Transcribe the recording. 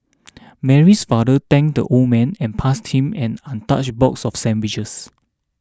Mary's father thanked the old man and passed him an untouched box of sandwiches